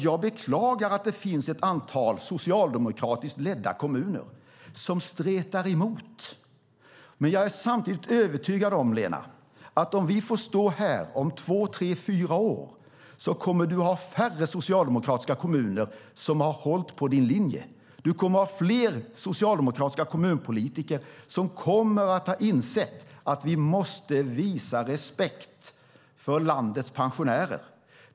Jag beklagar att det finns ett antal socialdemokratiskt ledda kommuner som stretar emot, men jag är samtidigt övertygad om, Lena Hallengren, att om vi får stå här om tre fyra år kommer det att vara färre socialdemokratiska kommuner som har hållit på din linje. Fler socialdemokratiska kommunpolitiker kommer att ha insett att vi måste visa respekt för landets pensionärer.